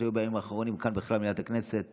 שהיו בימים האחרונים כאן בכלל במליאת הכנסת,